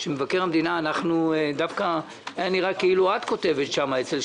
אנחנו קיבלנו את תקציב מבקר המדינה הם